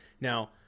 Now